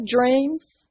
dreams